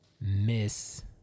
miss